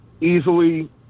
easily